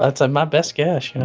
that's my best guess